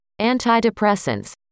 antidepressants